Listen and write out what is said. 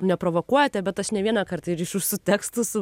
neprovokuojate bet aš ne vieną kartą ir iš jūsų tekstų su